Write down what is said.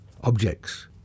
objects